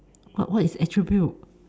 wh~ what is attribute